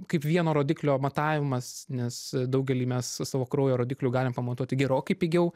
kaip vieno rodiklio matavimas nes daugelį mes savo kraujo rodiklių galim pamatuoti gerokai pigiau